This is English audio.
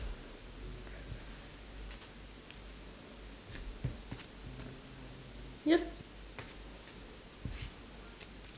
yup